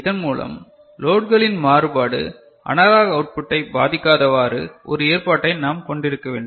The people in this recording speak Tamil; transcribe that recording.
இதன் மூலம் லோட்களின் மாறுபாடு அனலாக் அவுட்புட்டை பாதிக்காதவாறு ஒரு ஏற்பாட்டை நாம் கொண்டிருக்க வேண்டும்